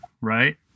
right